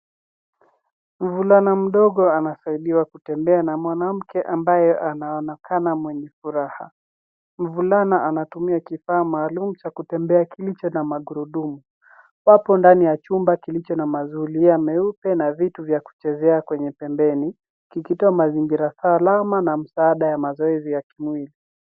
Mvulana mdogo anasaidiwa kutembea na mwanamke ambaye anaonekana mwenye furaha. Mvulana anatumia kifaa maalum cha kutembea kilicho na magurudumu. Wapo ndani ya chumba kilicho na mazulia meupe na vitu vya kuchezea kwenye pembeni, kikitoa mazingira salama na msaada ya mazoezi ya kimwili.